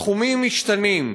התחומים משתנים,